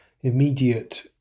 immediate